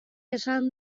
esan